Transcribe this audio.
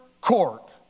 court